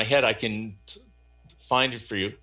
my head i can find it for you